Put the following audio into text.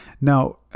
Now